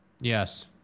Yes